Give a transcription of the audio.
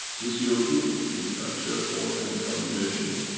the c o two we capture or any combination,